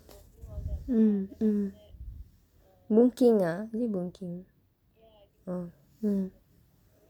boon keng ah is it boon keng